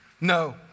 No